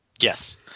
Yes